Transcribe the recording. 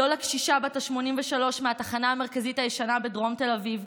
לא לקשישה בת ה-83 מהתחנה המרכזית הישנה בתל אביב,